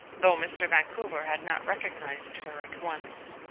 though mr. vancouver had not recognized her at once.